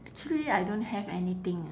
actually I don't have anything ah